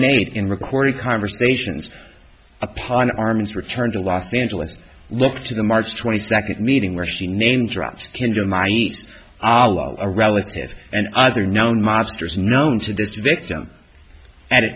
made in recording conversations upon arms return to los angeles and look to the march twenty second meeting where she name drops kinda my niece a relative and other known mobsters known to this victim at a